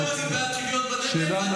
גם היום אני בעד שוויון בנטל, ואני